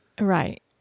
Right